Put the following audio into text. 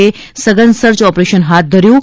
એ સઘન સર્ય ઓપરેશન હાથ ધર્યું છે